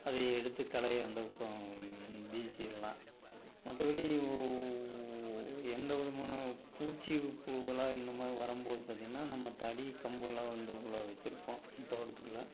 அதையே எடுத்து களையை அந்தப்பக்கம் வீசிடலாம் மற்றபடி எந்தவிதமான பூச்சி புழுவெல்லாம் இந்தமாதிரி வரும்போது பார்த்திங்கன்னா நம்ம தடி கம்பெல்லாம் வந்து உள்ளே வச்சிருப்போம் அந்த தோட்டத்துக்குள்ளே